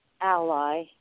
Ally